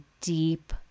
deep